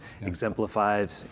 exemplified